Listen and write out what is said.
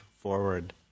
forward